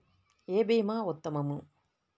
ఏ భీమా ఉత్తమము?